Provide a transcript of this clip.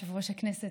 יושב-ראש הכנסת,